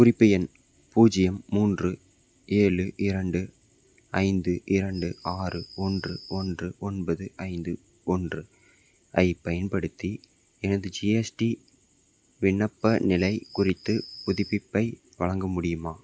குறிப்பு எண் பூஜ்ஜியம் மூன்று ஏழு இரண்டு ஐந்து இரண்டு ஆறு ஒன்று ஒன்று ஒன்பது ஐந்து ஒன்று ஐப் பயன்படுத்தி எனது ஜிஎஸ்டி விண்ணப்ப நிலைக் குறித்துப் புதுப்பிப்பை வழங்க முடியுமா